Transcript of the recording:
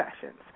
sessions